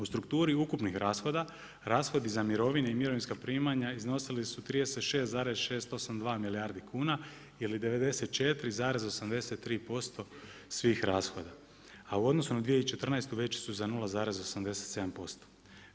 U strukturi ukupnih rashoda, rashodi za mirovine i mirovinska primanja iznosili su 36,682 milijardi kuna ili 94,83% svih rashoda, a u odnosu na 2014. veći su za 0,87%